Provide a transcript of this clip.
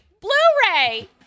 Blu-ray